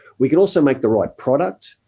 we can also make the right product.